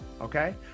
okay